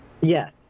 Yes